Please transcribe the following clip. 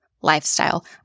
lifestyle